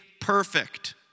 perfect